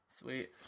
Sweet